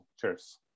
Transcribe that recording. Cheers